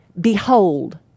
behold